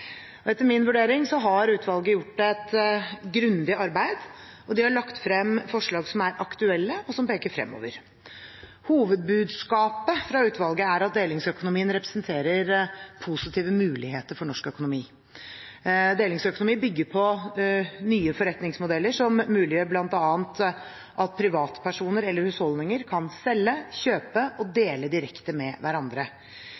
Etter min vurdering har utvalget gjort et grundig arbeid, og de har lagt frem forslag som er aktuelle, og som peker fremover. Hovedbudskapet fra utvalget er at delingsøkonomien representerer positive muligheter for norsk økonomi. Delingsøkonomien bygger på nye forretningsmodeller som muliggjør bl.a. at privatpersoner eller husholdninger kan selge, kjøpe og